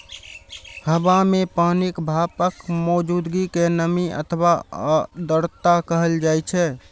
हवा मे पानिक भापक मौजूदगी कें नमी अथवा आर्द्रता कहल जाइ छै